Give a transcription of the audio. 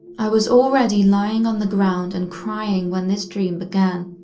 i was already lying on the ground and crying when this dream began,